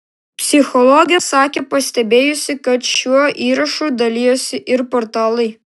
psichologė sakė pastebėjusi kad šiuo įrašu dalijosi ir portalai